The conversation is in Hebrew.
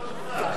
שלא תופתע.